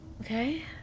Okay